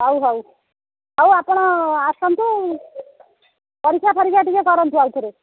ହେଉ ହେଉ ହେଉ ଆପଣ ଆସନ୍ତୁ ପରୀକ୍ଷା ଫରିକ୍ଷା ଟିକେ କରନ୍ତୁ ଆଉ ଥରେ